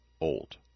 old